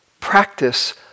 practice